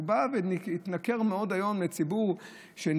והוא בא והתנכר מאוד היום לציבור שנפגע